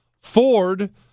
Ford